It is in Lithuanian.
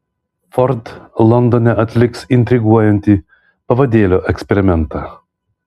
ford londone atliks intriguojantį pavadėlio eksperimentą